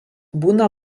būna